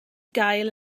gael